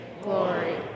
glory